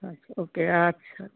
আচ্ছা ওকে আচ্ছা আচ্ছা